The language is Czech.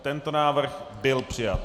Tento návrh byl přijat.